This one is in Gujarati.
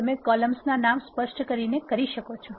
તમે કોલમ્સ ના નામ સ્પષ્ટ કરીને કરી શકો છો